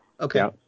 okay